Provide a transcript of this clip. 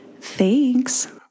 Thanks